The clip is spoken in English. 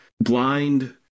blind